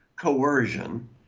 coercion